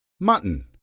mutton.